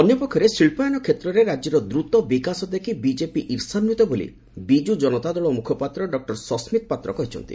ଅନ୍ୟ ପକ୍ଷରେ ଶିକ୍ଷାୟନ ଷେତ୍ରରେ ରାଜ୍ୟର ଦ୍ରତ ବିକାଶ ଦେଖି ବିଜେପି ଈର୍ଷାନ୍ୱିତ ବୋଲି ବିଜୁଜନତା ଦଳ ମୁଖପାତ୍ର ଡକ୍ଟର ସସ୍ଗିତ ପାତ୍ର କହିଛନ୍ତି